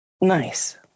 Nice